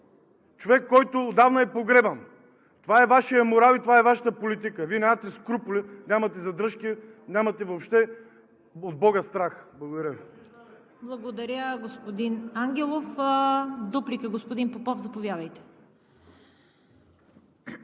Човек, който отдавна е погребан. Това е Вашият морал и това е Вашата политика. Вие нямате скрупули, нямате задръжки, нямате въобще от Бога страх. Благодаря Ви. ПРЕДСЕДАТЕЛ ЦВЕТА КАРАЯНЧЕВА: Благодаря, господин Ангелов. Дуплика – господин Попов, заповядайте.